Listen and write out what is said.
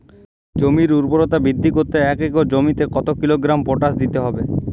জমির ঊর্বরতা বৃদ্ধি করতে এক একর জমিতে কত কিলোগ্রাম পটাশ দিতে হবে?